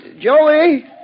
Joey